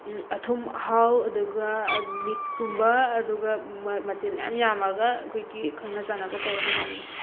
ꯑꯊꯨꯝ ꯑꯍꯥꯎ ꯑꯗꯨꯒ ꯃꯤꯠꯀꯨꯝꯕ ꯑꯗꯨꯒ ꯃꯊꯦꯜ ꯃꯌꯥꯝ ꯌꯥꯝꯃꯒ ꯑꯩꯈꯣꯏꯒꯤ ꯈꯪꯅ ꯆꯥꯟꯅ ꯀꯧꯔꯒ ꯆꯥꯃꯤꯟꯅꯩ